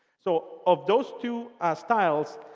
so of those two styles,